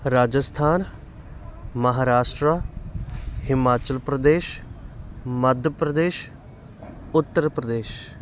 Rajasthan Maharashtra Himachal Pradesh Madhya Pradesh Uttar Pradesh